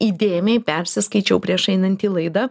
įdėmiai persiskaičiau prieš einant į laidą